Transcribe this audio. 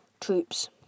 troops